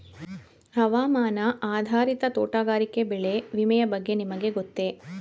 ಹವಾಮಾನ ಆಧಾರಿತ ತೋಟಗಾರಿಕೆ ಬೆಳೆ ವಿಮೆಯ ಬಗ್ಗೆ ನಿಮಗೆ ಗೊತ್ತೇ?